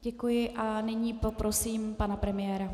Děkuji a nyní poprosím pana premiéra.